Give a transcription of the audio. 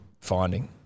finding